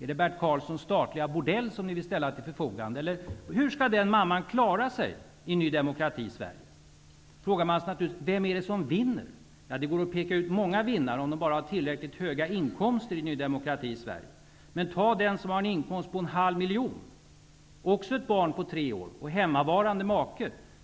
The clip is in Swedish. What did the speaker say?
Är det Bert Karlssons statliga bordell ni vill ställa till förfogande? Eller hur skall den mam man klara sig i Ny demokratis Sverige? Man frågar sig naturligtvis: Vem är det som vin ner? Det går att peka ut många vinnare om de bara har tillräckligt höga inkomster i Ny demo kratis Sverige. Men ta den som har en inkomst på en halv miljon, också ett barn på tre år och hem mavarande make.